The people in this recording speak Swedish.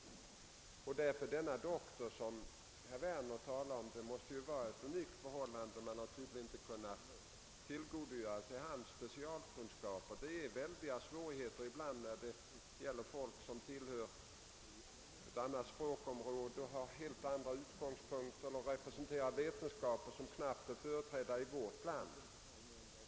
Den odontologie doktor som herr Werner talade om måste vara ett unikt fall; man har tydligen inte kunnat utnyttja hans specialkunskaper. Det är ibland mycket svårt att göra det när det är fråga om människor som tillhör ett annat språkområde, har helt andra utgångspunkter eller representerar vetenskaper som knappast är företrädda i vårt land.